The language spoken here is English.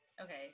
Okay